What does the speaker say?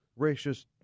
racist